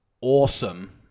awesome